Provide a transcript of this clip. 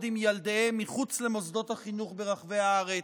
עם הילדים מחוץ למוסדות החינוך ברחבי הארץ,